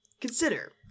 Consider